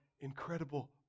incredible